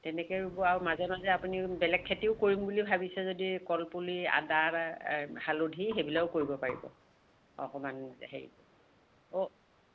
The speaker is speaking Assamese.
তেনেকৈ ৰুব আৰু মাজে মাজে আপুনি বেলেগ খেতিও কৰিম বুলি ভাবিছে যদি কলপুলি আদা হালধি সেইবিলাকো কৰিব পাৰিব অকণমান হেৰিত অ'